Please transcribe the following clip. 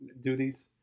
duties